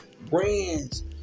brands